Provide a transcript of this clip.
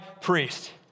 priest